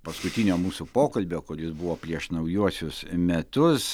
paskutinio mūsų pokalbio kuris buvo prieš naujuosius metus